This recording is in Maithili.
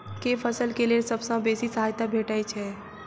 केँ फसल केँ लेल सबसँ बेसी सहायता भेटय छै?